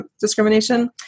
discrimination